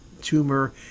tumor